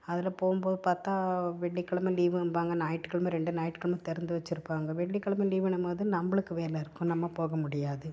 அதில் போகும் போது பார்த்தா வெள்ளிக்கிழம லீவும்பாங்க ஞாயிற்றுக்கிழம ரெண்டு ஞாயிற்றுக்கிழம திறந்து வச்சிருப்பாங்க வெள்ளிக்கிழம லீவுன்னும் போது நம்மளுக்கு வேலை இருக்கும் நம்ம போக முடியாது